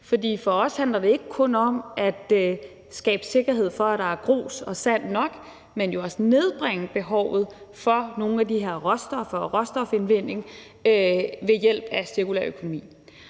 for os handler det ikke kun om at skabe sikkerhed for, at der er grus og sand nok, men jo også om at nedbringe behovet for nogle af de her råstoffer og for råstofindvinding ved hjælp af cirkulær økonomi.